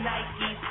Nike